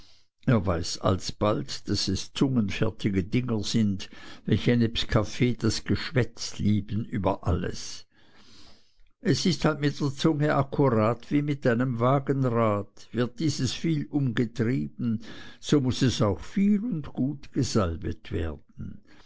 er weiß alsbald daß es zungenfertige dinger sind welche nebst kaffee das geschwätz lieben über alles es ist halt mit der zunge akkurat wie mit einem wagenrad wird dieses viel umgetrieben so muß es auch viel und gut gesalbet werden